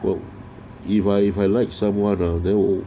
well if I if I like somewhere around there world